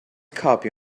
copy